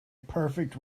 perfect